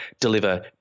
deliver